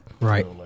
Right